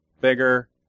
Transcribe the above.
bigger